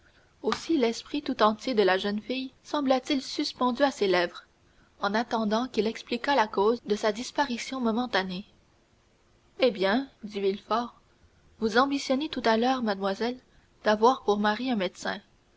aussi l'esprit tout entier de la jeune fille sembla-t-il suspendu à ses lèvres en attendant qu'il expliquât la cause de sa disparition momentanée eh bien dit villefort vous ambitionniez tout à l'heure mademoiselle d'avoir pour mari un médecin